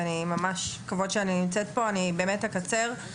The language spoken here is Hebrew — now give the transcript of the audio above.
אני באמת אקצר.